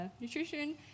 nutrition